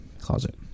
closet